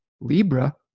Libra